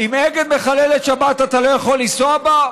אם אגד מחללת שבת, אתה לא יכול לנסוע בה?